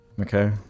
Okay